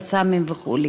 "קסאמים" וכו'.